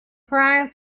crying